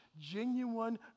genuine